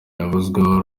yavuzweho